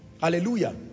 Hallelujah